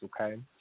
Okay